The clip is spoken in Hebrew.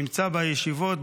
שנמצא בישיבות,